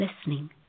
listening